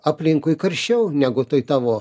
aplinkui karščiau negu toj tavo